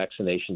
vaccinations